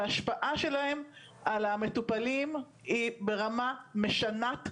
וההשפעה שלהם על המטופלים היא ברמה משנת חיים,